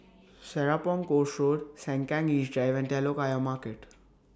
Serapong Course Road Sengkang East Drive and Telok Ayer Market